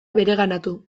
bereganatu